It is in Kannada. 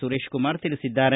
ಸುರೇಶಕುಮಾರ್ ತಿಳಿಸಿದ್ದಾರೆ